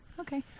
Okay